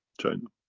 china.